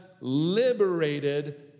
liberated